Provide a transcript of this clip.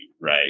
Right